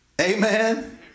Amen